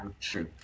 true